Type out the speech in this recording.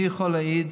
אני יכול להעיד